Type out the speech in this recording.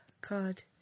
God